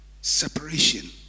Separation